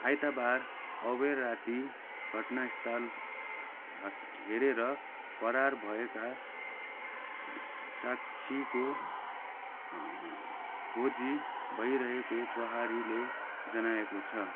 आइतवार अबेर राति घटनास्थल ह हेरेर फरार भएका साक्षीको खोजी भइरहेको प्रहरीले जनाएको छ